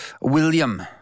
William